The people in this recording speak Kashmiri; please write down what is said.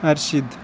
اَرشِد